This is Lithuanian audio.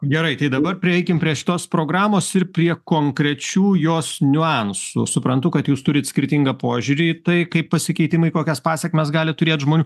gerai tai dabar prieikim prie šitos programos ir prie konkrečių jos niuansų suprantu kad jūs turit skirtingą požiūrį į tai kaip pasikeitimai kokias pasekmes gali turėt žmonių